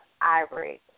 Ivory